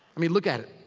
i mean, look at it.